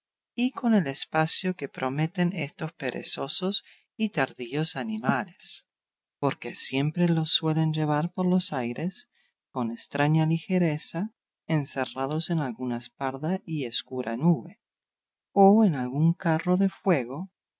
y con el espacio que prometen estos perezosos y tardíos animales porque siempre los suelen llevar por los aires con estraña ligereza encerrados en alguna parda y escura nube o en algún carro de fuego